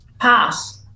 pass